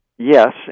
Yes